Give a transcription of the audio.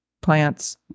plants